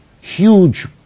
huge